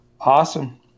Awesome